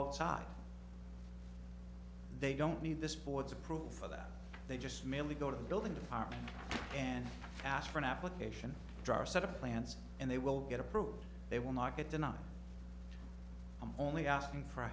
outside they don't need this board's approved for that they just merely go to the building department and ask for an application or set of plans and they will get approved they will not get denied i'm only asking for